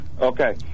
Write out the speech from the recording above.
Okay